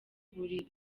buri